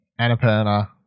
Annapurna